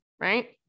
right